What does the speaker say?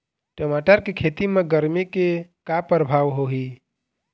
टमाटर के खेती म गरमी के का परभाव होही?